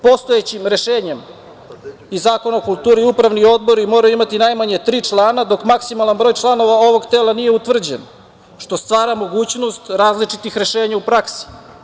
Postojećim rešenjem iz Zakona o kulturi upravni odbori moraju imati najmanje tri člana, dok maksimalan broj članova ovog tela nije utvrđen, što stvara mogućnost različitih rešenja u praksi.